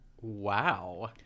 Wow